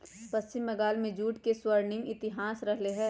पश्चिम बंगाल में जूट के स्वर्णिम इतिहास रहले है